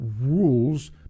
rules